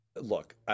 Look